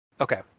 Okay